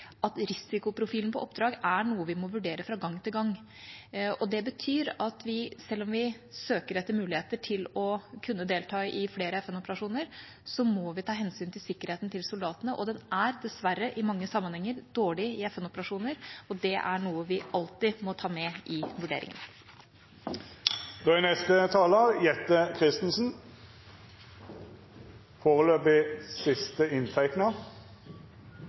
at risikoprofilen på oppdrag er noe vi må vurdere fra gang til gang. Det betyr at vi, selv om vi søker etter muligheter til å kunne delta i flere FN-operasjoner, må ta hensyn til sikkerheten til soldatene, og den er dessverre i mange sammenhenger dårlig i FN-operasjoner, og det er noe vi alltid må ta med i vurderingen.